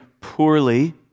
poorly